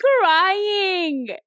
crying